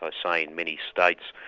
ah saying, many states,